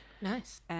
Nice